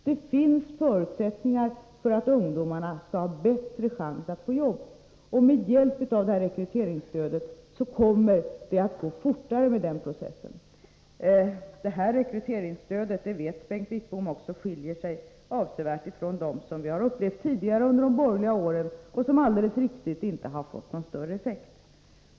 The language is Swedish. Det finns förutsättningar för att ungdomarna skall kunna få en bättre chans att få jobb. Med hjälp av rekryteringsstödet kommer den processen att gå fortare. Som också Bengt Wittbom vet skiljer sig det här rekryteringsstödet avsevärt från de åtgärder som vidtogs under de borgerliga åren och som, vilket Bengt Wittbom alldeles riktigt påpekade, inte har fått någon större effekt.